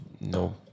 no